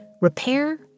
Repair